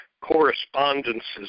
correspondences